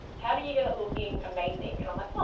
how do you get it looking amazing? and i'm like, oh,